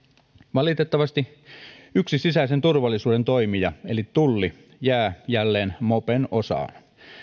valitettavasti yksi sisäisen turvallisuuden toimija eli tulli jää jälleen mopen osaan